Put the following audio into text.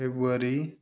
February